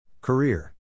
Career